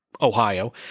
Ohio